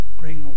bring